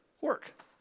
work